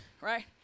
right